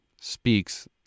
speaks